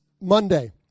Monday